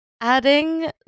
adding